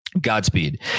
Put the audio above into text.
Godspeed